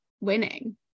winning